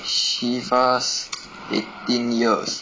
Chivas eighteen years